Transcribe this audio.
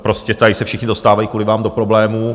Prostě tady se všichni dostávají kvůli vám do problémů.